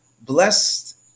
Blessed